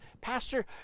Pastor